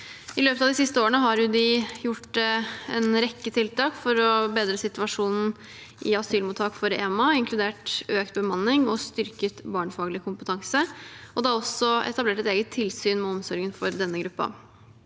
I løpet av de siste årene har UDI gjort en rekke tiltak for å bedre situasjonen i asylmottak for enslige mindreårige asylsøkere, inkludert økt bemanning og styrket barnefaglig kompetanse. Det er også etablert et eget tilsyn med omsorgen for denne gruppen.